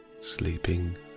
sleeping